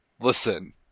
listen